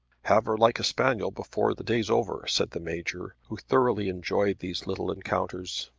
have her like a spaniel before the day's over, said the major, who thoroughly enjoyed these little encounters.